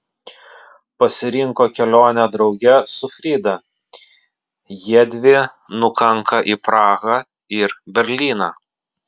pasirinko kelionę drauge su frida jiedvi nukanka į prahą ir berlyną